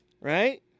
Right